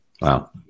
Wow